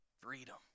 freedom